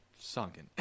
sunken